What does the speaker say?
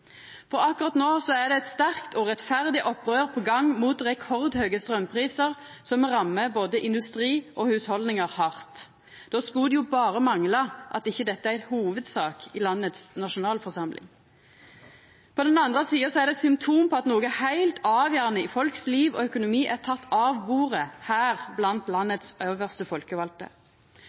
For akkurat no er det eit sterkt og rettferdig opprør på gang mot rekordhøge straumprisar, som rammar både industri og hushald hardt. Då skulle det jo berre mangla at ikkje dette er ei hovudsak i landets nasjonalforsamling. På den andre sida er det eit symptom på at noko heilt avgjerande i folks liv og økonomi er teke av bordet her blant landets øvste folkevalde.